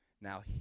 Now